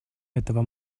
этого